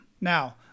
Now